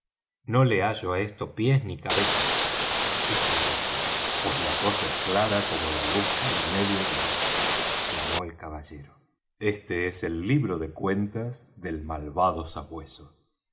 no le hallo á esto pies ni cabeza dijo el doctor pues la cosa es clara como la luz del medio día exclamó el caballero este es el libro de cuentas del malvado sabueso